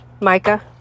Micah